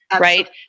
right